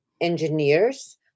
engineers